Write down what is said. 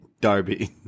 Darby